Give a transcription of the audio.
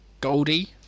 Goldie